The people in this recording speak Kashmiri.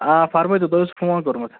آ فرمٲے تَو تۅہہِ اوسوٕ فون کۆرمت